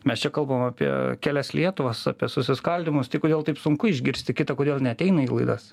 mes čia kalbam apie kelias lietuvas apie susiskaldymus tai kodėl taip sunku išgirsti kitą kodėl neateina į laidas